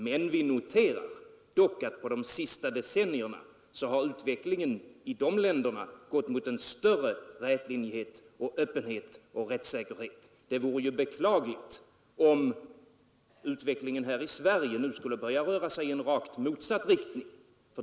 Men vi noterar att utvecklingen i de länderna under de senaste decennierna har under samma partiers ledning tenderat till större öppenhet och rättssäkerhet. Det vore beklagligt om utvecklingen här i Sverige nu skulle börja gå i en rakt motsatt riktning.